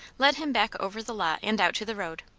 led him back over the lot and out to the road,